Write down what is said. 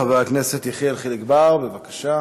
חבר הכנסת יחיאל חיליק בר, בבקשה.